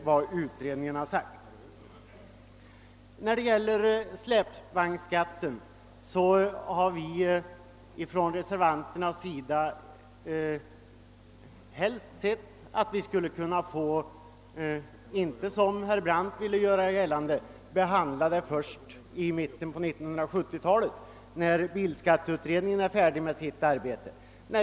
Vi reservanter har inte velat, som herr Brandt gör gällande, ta upp frågan om släpvagnsskatten först i mitten på 1970-talet, när bilskatteutredningen blivit färdig med sitt arbete.